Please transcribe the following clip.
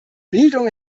bildung